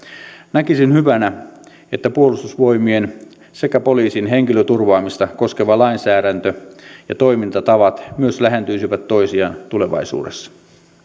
näkisin hyvänä että puolustusvoimien sekä poliisin henkilöturvaamista koskeva lainsäädäntö ja toimintatavat myös lähentyisivät toisiaan tulevaisuudessa